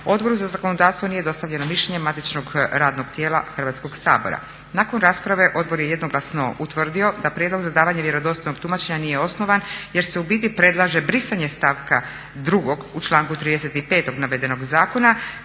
Odboru za zakonodavstvo nije dostavljeno mišljenje matičnog radnog tijela Hrvatskog sabora. Nakon rasprave odbor je jednoglasno utvrdio da prijedlog za davanje vjerodostojnog tumačenja nije osnovan jer se u biti predlaže brisanje stavka 2. u članku 35. navedenog zakona